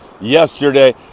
yesterday